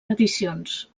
edicions